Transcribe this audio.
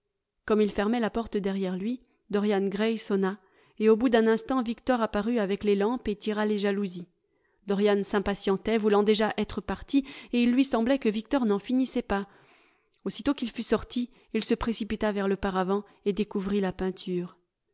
comme il fermait la porte derrière lui dorian gray sonna et au bout d'un instant victor apparut avec les lampes et tira les jalousies dorian s'impatientait voulant déjà être parti et il lui semblait que victor n'en finissait pas aussitôt qu'il fut sorti il se précipita vers le paravent et découvrit la peinture